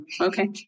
okay